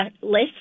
list